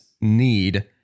need